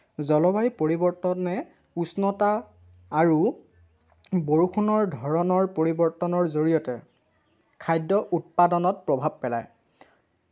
জলবায়ু পৰিৱৰ্তনে উষ্ণতা আৰু বৰষুণৰ ধৰণৰ পৰিৱৰ্তনৰ জৰিয়তে খাদ্য উৎপাদনত প্ৰভাৱ পেলায়